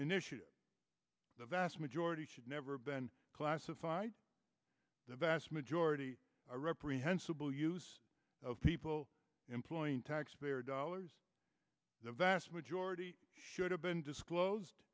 issue the vast majority should never been classified the vast majority reprehensible use of people employing taxpayer dollars the vast majority should have been disclosed